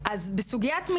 אז בסוגיית,